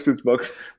books